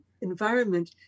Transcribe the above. environment